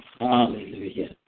Hallelujah